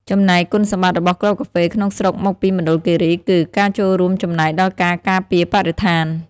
ចំណែក គុណសម្បត្តិរបស់គ្រាប់កាហ្វេក្នុងស្រុកមកពីមណ្ឌលគិរី គឺ ការចូលរួមចំណែកដល់ការការពារបរិស្ថាន។